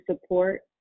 support